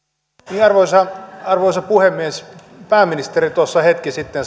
arvoisa arvoisa puhemies pääministeri tuossa hetki sitten